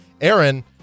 Aaron